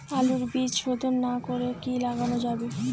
আলুর বীজ শোধন না করে কি লাগানো যাবে?